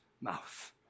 mouth